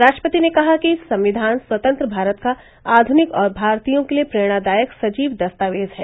राष्ट्रपति ने कहा कि संविधान स्वतंत्र भारत को आधुनिक और भारतीयों के लिए प्रेरणादायक सजीव दस्तावेज है